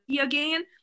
again